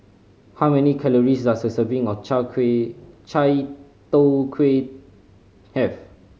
how many calories does a serving of chao kuay Chai Tow Kuay have